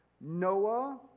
Noah